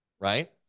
right